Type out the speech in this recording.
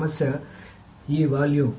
సమస్య ఈ వాల్యూమ్